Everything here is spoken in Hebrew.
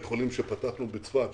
יש בית חולים שפתחנו בצפת,